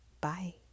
Bye